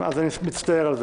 אני מצטער.